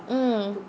mm